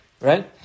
right